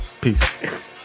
Peace